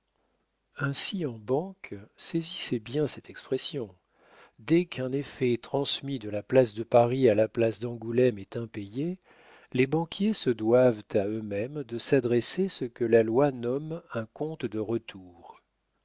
ainsi en banque saisissez bien cette expression dès qu'un effet transmis de la place de paris à la place d'angoulême est impayé les banquiers se doivent à eux-mêmes de s'adresser ce que la loi nomme un compte de retour